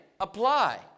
apply